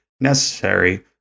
necessary